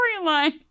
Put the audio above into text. storyline